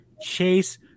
chase